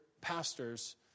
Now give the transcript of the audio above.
pastors